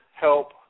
help